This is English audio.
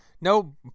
No